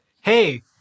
hey